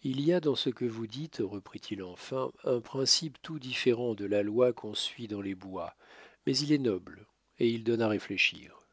il y a dans ce que vous dites reprit-il enfin un principe tout différent de la loi qu'on suit dans les bois mais il est noble et il donne à réfléchir